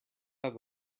have